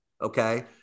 okay